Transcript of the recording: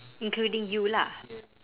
including you lah